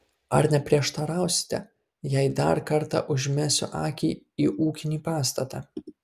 ar neprieštarausite jei dar kartą užmesiu akį į ūkinį pastatą